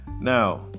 Now